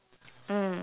mm